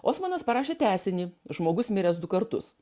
osmanas parašė tęsinį žmogus miręs du kartus